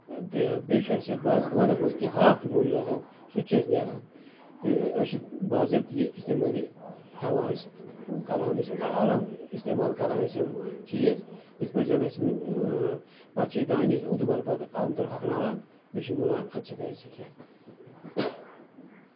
تہٕ بیٚیہِ چھُ اَسہِ بازٕر وانَس منٛز کیٚنٛہہ ہاکھ تہِ موٗجوٗد آسان سُہ تہِ چھُ اَسہِ نیران تہٕ أسۍ چھِ باضٲبِطہٕ یہِ اِستعمال یہِ ہیٚوان أسۍ کران أسۍ آرام اِستعمال کران أسۍ یِم چیٖز یِتھٕ پٲٹھۍ زَن أسۍ پَتہٕ چھِ أسۍ دانہِ اَکتوٗبر پَتہٕ عام طور ہۅکھناوان بیٚیہِ چھِ مُنان اَدٕ چھِ ہیٚکان أسۍ یہِ کھیٚتھ